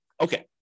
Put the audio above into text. Okay